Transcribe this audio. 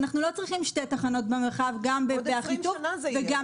אנחנו לא צריכים שתי תחנות במרחב, גם באחיטוב וגם